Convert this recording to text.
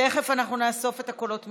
תכף אנחנו נאסוף את הקולות מכאן.